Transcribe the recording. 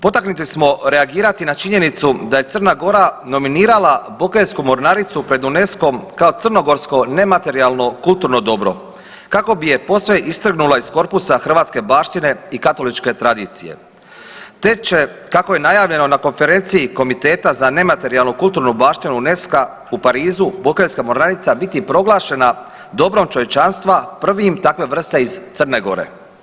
Potaknuti smo reagirati na činjenicu da je Crna Gora nominirala Bokeljsku mornaricu pred UNESCO-om kao crnogorsko nematerijalno kulturno dobro kako je posve istrgnula iz korpusa hrvatske baštine i katoličke tradicije te će, kako je najavljeno na konferenciji Komiteta za nematerijalnu kulturnu baštinu UNESCO-a u Parizu Bokeljska mornarica biti proglašena dobrom čovječanstva, prvim takve vrste iz Crne Gore.